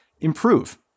improve